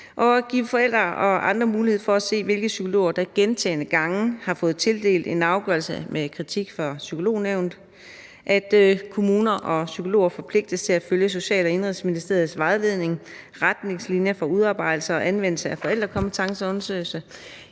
skal give forældre og andre mulighed for at se, hvilke psykologer der gentagne gange fra Psykolognævnet har fået tildelt en afgørelse med kritik. Kommuner og psykologer skal forpligtes til at følge Social- og Indenrigsministeriets vejledning »Retningslinjer for udarbejdelse og anvendelse af forældrekompetenceundersøgelser«,